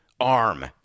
arm